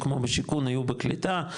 כמו בשיכון היו בקליטה,